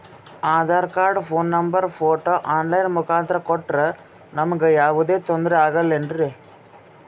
Aadhaar card, phone number, photo online ಮುಖಾಂತ್ರ ಕೊಟ್ರ ನಮಗೆ ಯಾವುದೇ ತೊಂದ್ರೆ ಆಗಲೇನ್ರಿ?